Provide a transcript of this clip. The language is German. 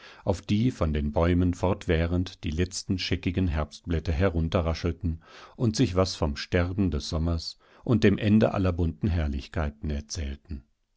auf die von den bäumen fortwährend die letzten scheckigen herbstblätter herunterraschelten und sich was vom sterben des sommers und dem ende aller bunten herrlichkeiten erzählten